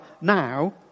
now